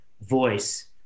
voice